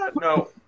No